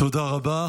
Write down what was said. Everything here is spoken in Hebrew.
תודה רבה.